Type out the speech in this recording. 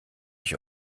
ich